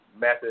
method